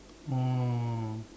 oh